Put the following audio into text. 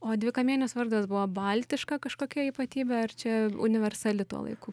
o dvikamienis vardas buvo baltiška kažkokia ypatybė ar čia universali tuo laiku